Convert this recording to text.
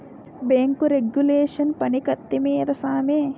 bank regulation పని కత్తి మీద సామే